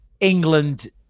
England